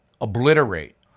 obliterate